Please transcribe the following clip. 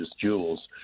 jewels